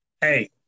Hey